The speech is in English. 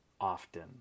often